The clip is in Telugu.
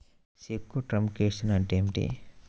చెక్కు ట్రంకేషన్ అంటే ఏమిటి?